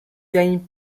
gagne